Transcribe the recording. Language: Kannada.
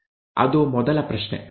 ಅದು ಮೊದಲ ಪ್ರಶ್ನೆ